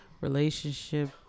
Relationship